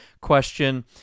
question